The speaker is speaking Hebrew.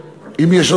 זה בסדר, זה בסדר.